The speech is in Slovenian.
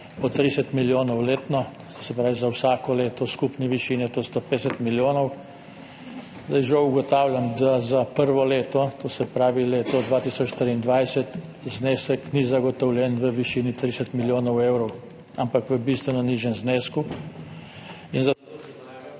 po 30 milijonov, to se pravi, je to v skupni višini 150 milijonov. Žal ugotavljam, da za prvo leto, to se pravi, leto 2023, znesek ni zagotovljen v višini 30 milijonov evrov, ampak v bistveno nižjem znesku… / izklop